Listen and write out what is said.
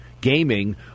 gaming